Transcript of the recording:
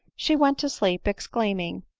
she went to sleep, exclaiming,